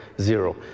zero